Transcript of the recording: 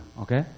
Okay